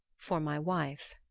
for my wife.